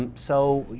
um so, you